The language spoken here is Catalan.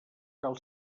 cal